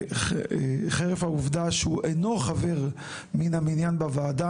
שחרף העובדה שהוא אינו חבר מן המניין בוועדה,